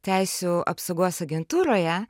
teisių apsaugos agentūroje